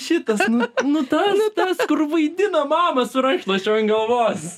šitas nu nu tas tas kur vaidina mamą su rankšluosčiu ant galvos